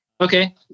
okay